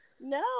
No